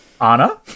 Anna